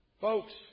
Folks